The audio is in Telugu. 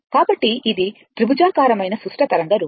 కాబట్టి ఇది త్రిభుజాకారమైన సుష్ట తరంగ రూపం